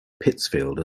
pittsfield